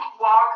walk